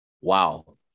wow